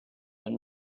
been